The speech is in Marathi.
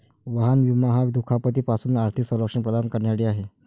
वाहन विमा हा दुखापती पासून आर्थिक संरक्षण प्रदान करण्यासाठी आहे